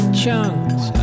chunks